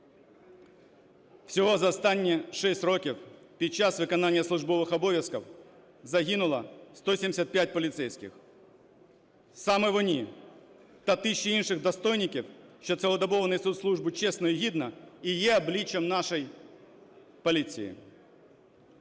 Всього за останні 6 років під час виконання службових обов'язків загинуло 175 поліцейських. Саме вони та тисячі інших достойників, що цілодобово несуть службу чесно і гідно, і є обличчям нашої поліції.